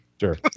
sure